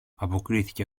αποκρίθηκε